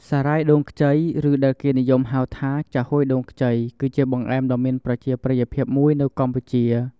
សារាយដូងខ្ចី ឬដែលគេនិយមហៅថា ចាហួយដូងខ្ចី គឺជាបង្អែមដ៏មានប្រជាប្រិយភាពមួយនៅកម្ពុជា។